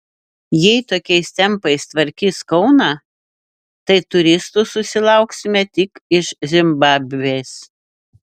jei tokiais tempais tvarkys kauną tai turistų susilauksime tik iš zimbabvės